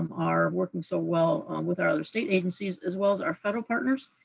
um are working so well with our other state agencies as well as our federal partners,